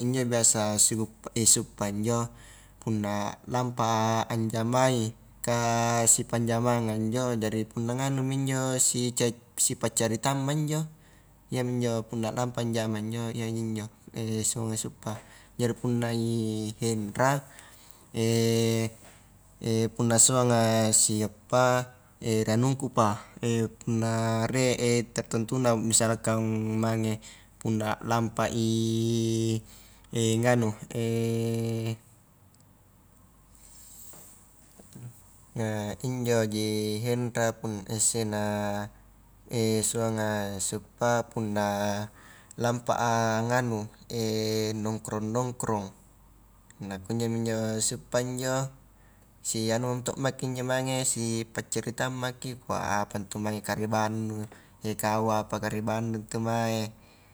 injo biasa siguppa siuppa injo punna lampa a anjamai, kah sipanjamanga injo jari punna nganumi injo sica sipacaritangma injo, iyami injo punna lampa njama injo iyaji injo suanga siuppa, jari punna i hendra, punna suanga siuppa, ri anungkupa punna rie tattentuna, misalkan mange punna lampai nganu, injoji hendra sela suanga siuppa punna lampa a nganu nongkrong-nongkrong, na kunjomi njo siuppa injo sianuang to maki injo mage si paccaritang maki, kua apa ntu mange karebannu, kau apa karebannu ntu mae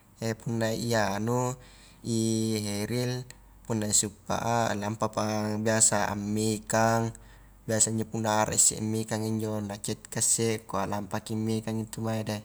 punna i anu i heril punna siuppa a lampapa biasa a mekang, biasa injo punna a rai isse mikang injo na cettka isse kua lampaki mekang ntu mae deh.